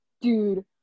Dude